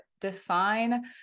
define